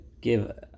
give